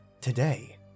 Today